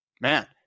Man